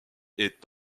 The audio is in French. est